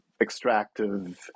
Extractive